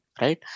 right